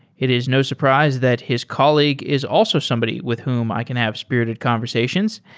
it is no surprise that his colleague is also somebody with whom i can have spirited conversations.